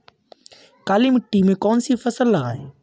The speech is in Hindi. काली मिट्टी में कौन सी फसल लगाएँ?